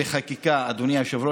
אחרי סעיף 19,